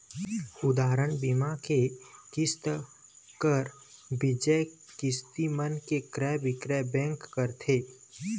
उदाहरन, बीमा के किस्त, कर, बियाज, किस्ती मन के क्रय बिक्रय बेंक करथे